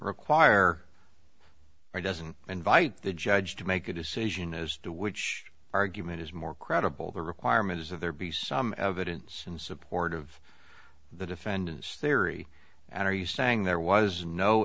require or doesn't invite the judge to make a decision as to which argument is more credible the requirement is of there be some evidence in support of the defendant's theory and are you saying there was no